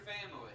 family